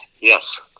Yes